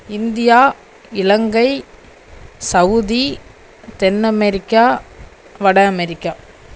India இலங்கை Saudi தென் America வட அமெரிக்கா